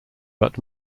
but